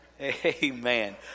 amen